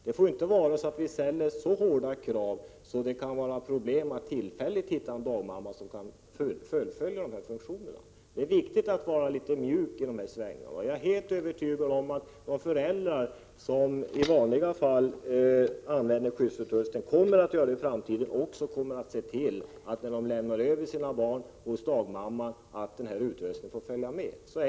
Vi får ju inte ställa så hårda krav att det kan bli problem att hitta en tillfällig dagmamma bara för att dessa funktioner inte kan tillhandahållas. Det är viktigt att i detta sammanhang vara så att säga litet mjuk i svängarna. Jag är helt övertygad om att de föräldrar som i vanliga fall använder skyddsutrustning även ser till att denna utrustning får följa med när de lämnar över sina barn till dagmamman. Så enkelt är det, Margareta Persson.